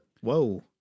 Whoa